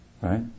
right